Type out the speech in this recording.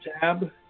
tab